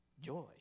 Joy